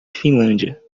finlândia